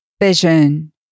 Vision